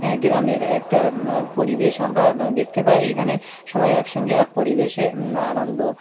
গ্রামের একটা পরিবেশ আমরা দেখতে পাই এখানে সবাই একসঙ্গে এক পরিবেশে আনন্দ